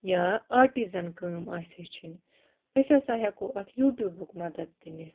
یا آٹِزَن کٲم آسہِ ہیٚچھِنۍ أسۍ ہَسا ہٮ۪کو اَتھ یوٗٹیوٗبُک مَدَت تہِ نِتھ